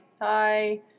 Hi